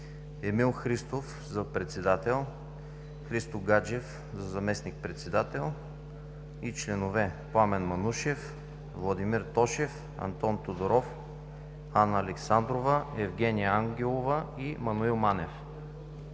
Емил Христов – за председател; Христо Гаджев – за заместник-председател, и членове: Пламен Манушев, Владимир Тошев, Антон Тодоров, Анна Александрова, Евгения Ангелова и Мануил Манев.